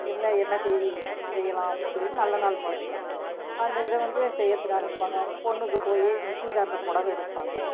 என்ன என்ன தேதி செய்யலாம் அப்படினு சொல்லிகிட்டு நல்ல நாள் பார்த்து அந்த இது வந்து செய்கிறதுக்கு ஆரமிப்பாங்க பொண்ணுக்கு போய் நிச்சியதாரத்தம் புடவை எடுப்பாங்க